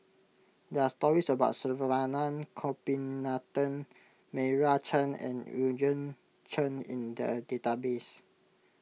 there are stories about Saravanan Gopinathan Meira Chand and Eugene Chen in the database